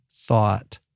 thought